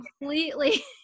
completely